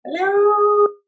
Hello